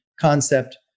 concept